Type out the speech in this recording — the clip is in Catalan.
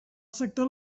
sector